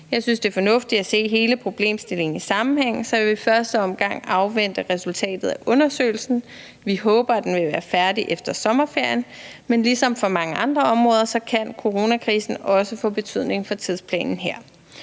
Jeg synes, det er fornuftigt, at se hele problemstillingen i sammenhæng, så jeg vil i første omgang afvente resultatet af undersøgelsen. Vi håber, at den vil være færdig efter sommerferien, men ligesom for mange andre områder kan coronakrisen også få betydning for tidsplanen her.